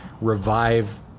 revive